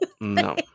No